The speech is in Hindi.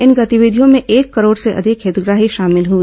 इन गतिविधियों में एक करोड़ से अधिक हितग्राही शामिल हुए